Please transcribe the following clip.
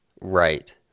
Right